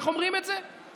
איך אומרים את זה?